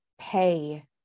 pay